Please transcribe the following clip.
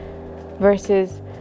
versus